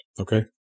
Okay